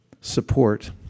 support